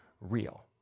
real